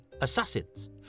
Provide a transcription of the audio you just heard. assassins